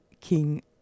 King